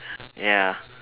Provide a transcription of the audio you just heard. ya